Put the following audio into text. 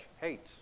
hates